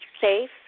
safe